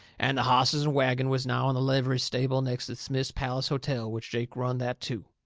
and the hosses and wagon was now in the livery stable next to smith's palace hotel, which jake run that too.